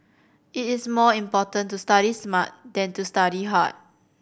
it is more important to study smart than to study hard